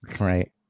Right